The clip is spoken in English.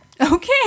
Okay